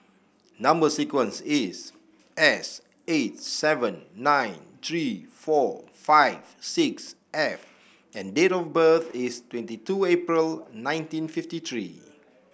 number sequence is S eight seven nine three four five six F and date of birth is twenty two April nineteen fifty three